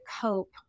cope